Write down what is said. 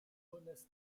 monastères